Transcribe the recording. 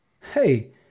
hey